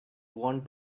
want